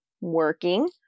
working